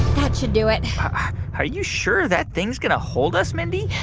that should do it are you sure that thing's going to hold us, mindy?